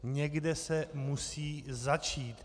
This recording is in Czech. Někde se musí začít.